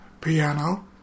piano